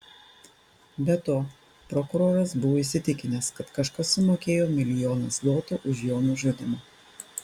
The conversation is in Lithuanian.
be to prokuroras buvo įsitikinęs kad kažkas sumokėjo milijoną zlotų už jo nužudymą